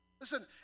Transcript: Listen